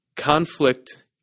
Conflict